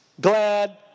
glad